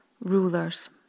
rulers